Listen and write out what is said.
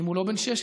אם הוא לא בן 16,